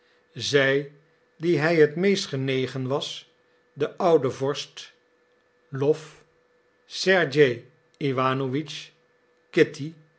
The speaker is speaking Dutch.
zij die hij het meest genegen was de oude vorst lwof